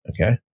Okay